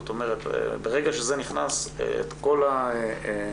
זאת אומרת, ברגע שזה נכנס, כל הנוהל,